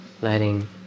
letting